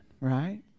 right